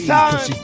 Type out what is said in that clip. time